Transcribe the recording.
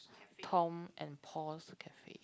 Tom and Paul's cafe